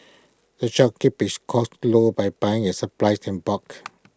the shop keeps its costs low by buying its supplies in bulk